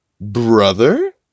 brother